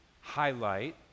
highlight